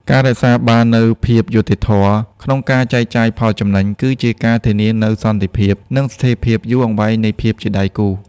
ការរក្សាបាននូវ "ភាពយុត្តិធម៌" ក្នុងការចែកចាយផលចំណេញ គឺជាការធានានូវសន្តិភាព និងស្ថិរភាពយូរអង្វែងនៃភាពជាដៃគូ។